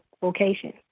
vocation